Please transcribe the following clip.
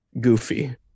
goofy